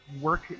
work